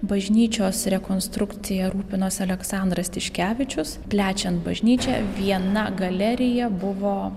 bažnyčios rekonstrukcija rūpinosi aleksandras tiškevičius plečiant bažnyčią viena galerija buvo